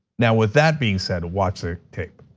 now with that being said, watch the tape.